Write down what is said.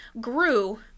grew